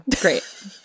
great